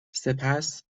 سپس